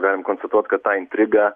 galim konstatuot kad tą intrigą